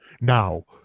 now